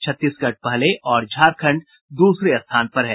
छत्तीसगढ़ पहले और झारखंड दूसरे स्थान पर है